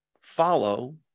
follow